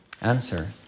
Answer